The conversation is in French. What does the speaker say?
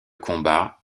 combat